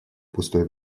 пустое